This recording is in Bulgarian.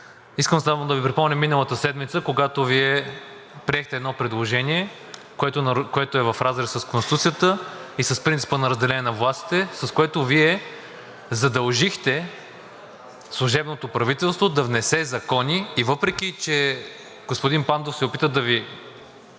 Искам само да Ви припомня миналата седмица, когато Вие приехте едно предложение, което е в разрез с Конституцията и с принципа на разделение на властите, с което задължихте служебното правителство да внесе закони. И въпреки че господин Пандов се опита